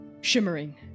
shimmering